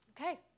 Okay